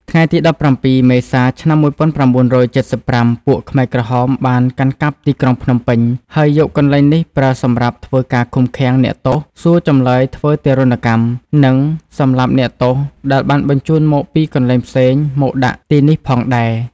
ថ្ងៃទី ១៧ មេសា ឆ្នាំ១៩៧៥ពួកខ្មែរក្រហមបានកាន់កាប់ទីក្រុងភ្នំពេញ ហើយកន្លែងនេះប្រើសម្រាប់ធ្វើការឃុំឃាំងអ្នកទោសសួរចម្លើយធ្វើទារុណកម្ម និងសម្លាប់អ្នកទោសដែលបានបញ្ចូនមកពីកន្លែងផ្សេងមកដាក់ទីនេះផងដែរ។